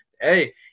Hey